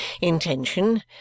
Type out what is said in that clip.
intention